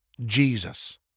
jesus